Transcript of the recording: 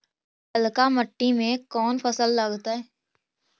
ललका मट्टी में कोन फ़सल लगतै?